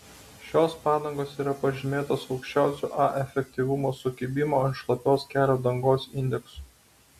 šios padangos yra pažymėtos aukščiausiu a efektyvumo sukibimo ant šlapios kelio dangos indeksu